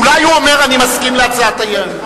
אולי הוא אומר שהוא מסכים להצעת האי-אמון?